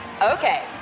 Okay